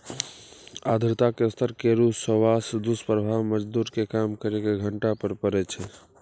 आर्द्रता के स्तर केरो सबसॅ दुस्प्रभाव मजदूर के काम करे के घंटा पर पड़ै छै